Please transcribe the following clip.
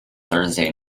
thursday